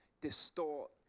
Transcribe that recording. distort